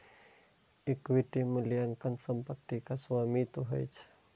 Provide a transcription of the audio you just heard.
equity मूल्यवान संपत्तिक स्वामित्व होइ छै